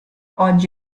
oggi